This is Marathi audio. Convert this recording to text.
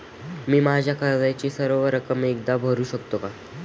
मी माझ्या कर्जाची सर्व रक्कम एकदा भरू शकतो का?